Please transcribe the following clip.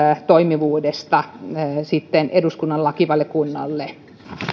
toimivuudesta eduskunnan lakivaliokunnalle